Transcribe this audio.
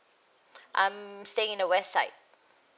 I'm staying in the west side